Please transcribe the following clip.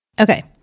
Okay